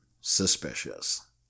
suspicious